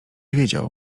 wiedział